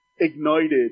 ignited